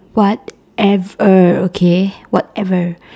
whatever okay whatever